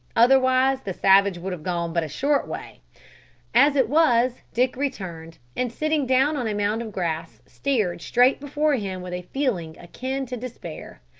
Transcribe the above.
otherwise the savage would have gone but a short way as it was, dick returned, and sitting down on a mound of grass, stared straight before him with a feeling akin to despair.